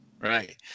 Right